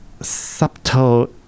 subtle